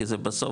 כי בסוף,